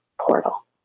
portal